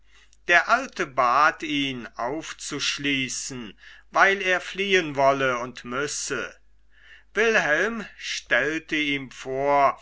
der alte bat ihn aufzuschließen weil er fliehen wolle und müsse wilhelm stellte ihm vor